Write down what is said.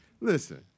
Listen